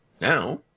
Now